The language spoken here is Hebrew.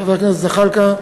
חבר הכנסת זחאלקה,